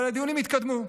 אבל הדיונים התקדמו.